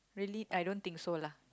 really I don't think so lah